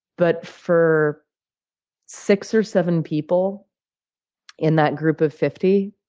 but, for six or seven people in that group of fifty,